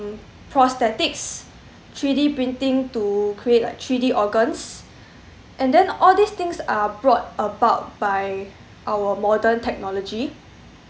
prosthetics three d printing to create like three d organs and then all these things are brought about by our modern technology